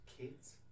Kids